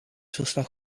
verslag